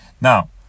Now